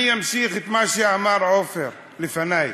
אני אמשיך את מה שאמר עפר לפני: